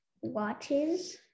watches